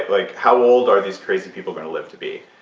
like, how old are these crazy people going to live to be?